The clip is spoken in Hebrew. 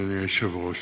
אדוני היושב-ראש.